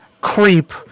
creep